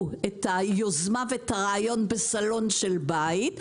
את היוזמה ואת הרעיון בסלון של בית,